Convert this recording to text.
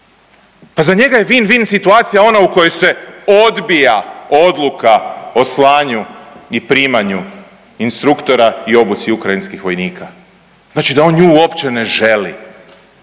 pa za njega je win-win situacija ona u kojoj se odbija odluka o slanju i primanju instruktora i obuci ukrajinskih vojnika, znači da on nju uopće ne želi,